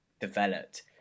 developed